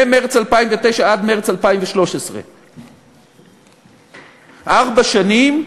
ממרס 2009 עד מרס 2013. ארבע שנים,